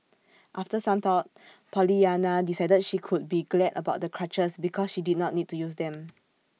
after some thought Pollyanna decided she could be glad about the crutches because she did not need to use them